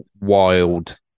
wild